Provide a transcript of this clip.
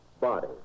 body